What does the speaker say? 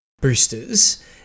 boosters